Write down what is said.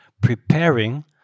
preparing